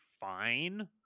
fine